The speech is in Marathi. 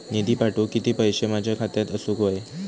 निधी पाठवुक किती पैशे माझ्या खात्यात असुक व्हाये?